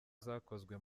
zakozwe